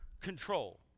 control